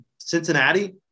Cincinnati